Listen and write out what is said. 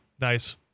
nice